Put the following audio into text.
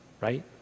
right